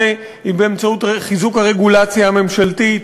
היא באמצעות חיזוק הרגולציה הממשלתית,